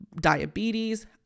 diabetes